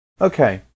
Okay